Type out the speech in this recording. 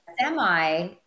Semi